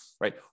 Right